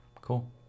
Cool